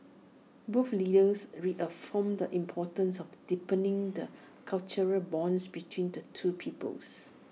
both leaders reaffirmed the importance of deepening the cultural bonds between the two peoples